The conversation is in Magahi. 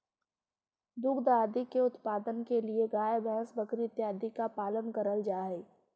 दुग्ध आदि के उत्पादन के लिए गाय भैंस बकरी इत्यादि का पालन करल जा हई